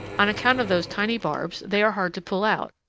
on account of those tiny barbs they are hard to pull out,